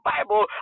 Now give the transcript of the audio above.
Bible